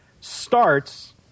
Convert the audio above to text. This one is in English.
starts